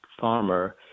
farmer